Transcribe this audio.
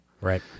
Right